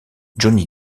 johnny